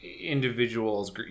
individuals